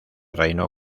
reino